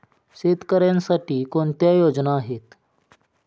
शेतकऱ्यांसाठी कोणत्या योजना आहेत?